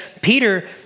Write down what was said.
Peter